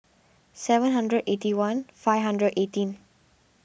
seven hundred eighty one five hundred eighteen